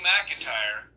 McIntyre